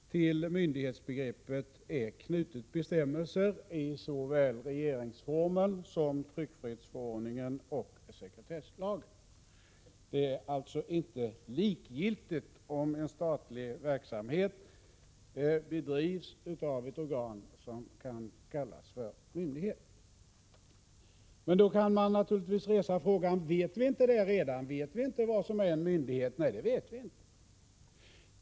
Till myndighetsbegreppet är knutna bestämmelser såväl i regeringsformen som i tryckfrihetsförordningen och sekretesslagen. Det är alltså inte likgiltigt om en statlig verksamhet drivs av ett organ som kan kallas för myndighet. Då kan man naturligtvis resa frågan: Vet vi inte redan vad som är en myndighet? Nej, det vet vi inte.